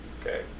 Okay